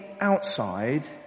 outside